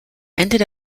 ended